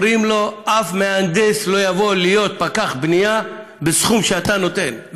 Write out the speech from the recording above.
אומרים לו: אף מהנדס לא יבוא להיות מפקח בנייה בסכום שאתה נותן.